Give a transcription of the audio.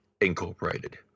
Incorporated